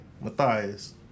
Matthias